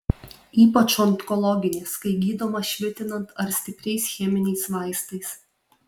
ypač onkologinės kai gydoma švitinant ar stipriais cheminiais vaistais